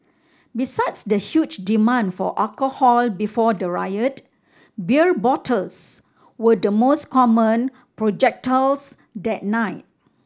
besides the huge demand for alcohol before the riot beer bottles were the most common projectiles that night